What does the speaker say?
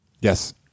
Yes